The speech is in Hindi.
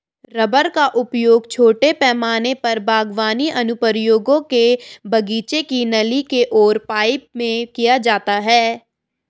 रबर का उपयोग छोटे पैमाने पर बागवानी अनुप्रयोगों के लिए बगीचे की नली और पाइप में किया जाता है